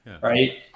Right